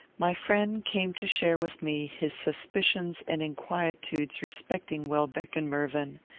my friend came to share with me his suspicions and inquietudes respecting welbeck and mervyn.